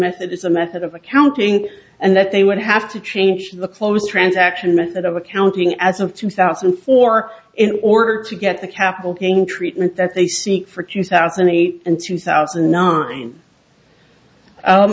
is a method of accounting and that they would have to change the close transaction method of accounting as of two thousand and four in order to get the capital gain treatment that they seek for two thousand and eight and two thousand and nine